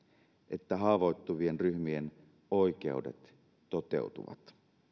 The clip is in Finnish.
että haavoittuvien ryhmien oikeudet toteutuvat